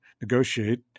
negotiate